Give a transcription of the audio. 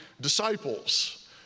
disciples